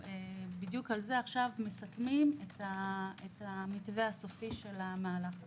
עכשיו את המתווה הסופי של המהלך הזה.